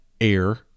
air